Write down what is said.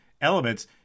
elements